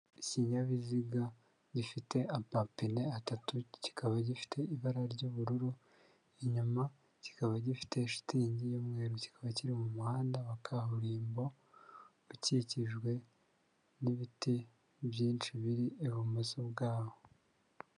Ikinyabiziga gifite amapine atatu kikaba gifite ibara ry'ubururu, inyuma kikaba gifite shitingi y'umweru kikaba kiri mu muhanda wa kaburimbo, ukikijwe n'ibiti byinshi biri ibumoso bwawo.